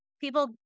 people